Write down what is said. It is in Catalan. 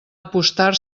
apostar